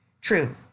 true